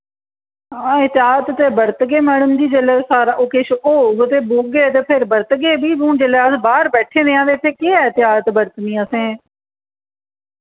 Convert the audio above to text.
ऐह्तियात ते बरतगे मैडम जी जेल्लै सारा किश होग ते बौह्गे ते फ्ही बरतगे फ्ही जेल्लै अस बाह्र बैठे दे आं ते केह् ऐह्तियात बरतनी असें